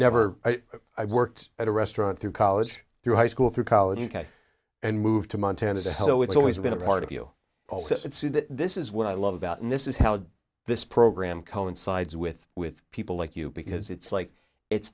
never i worked at a restaurant through college through high school through college u k and moved to montana so it's always been a part of you also see that this is what i love about and this is how this program coincides with with people like you because it's like it's